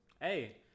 Hey